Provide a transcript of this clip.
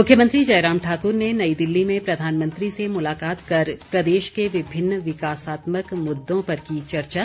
मुख्यमंत्री जयराम ठाकुर ने नई दिल्ली में प्रधानमंत्री से मुलाकात कर प्रदेश के विभिन्न विकासात्मक मुद्दों पर की चर्चा